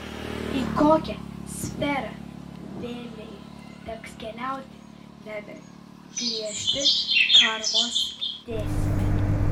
į kokią sferą vėlei teks keliauti lemia griežti karmos dėsniai